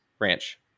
ranch